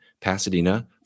pasadena